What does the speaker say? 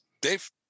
Dave